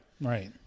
Right